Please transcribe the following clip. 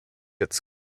its